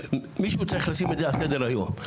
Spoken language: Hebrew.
מישהו צריך לשים את זה על סדר היום.